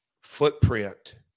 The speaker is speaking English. footprint